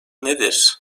nedir